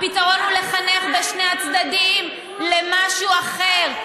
הפתרון הוא לחנך בשני הצדדים למשהו אחר.